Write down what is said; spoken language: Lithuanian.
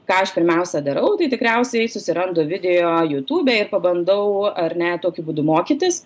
ką aš pirmiausia darau tai tikriausiai susirandu video jūtūbe ir pabandau ar ne tokiu būdu mokytis